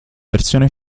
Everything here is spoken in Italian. versione